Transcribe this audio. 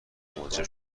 موجب